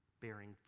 bearing